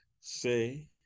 say